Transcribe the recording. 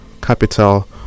capital